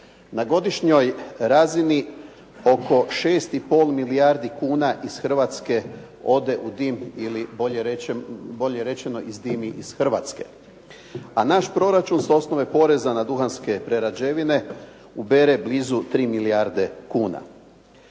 Na godišnjoj razini oko 6 i pol milijardi kuna iz Hrvatske ode u dim ili bolje rečeno izdimi iz Hrvatske. A naš proračun s osnove poreza na duhanske prerađevine ubere blizu 3 milijarde kuna.